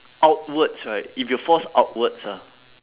outwards right if you force outwards ah